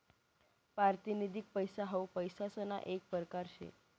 पारतिनिधिक पैसा हाऊ पैसासना येक परकार शे